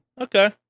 Okay